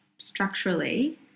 structurally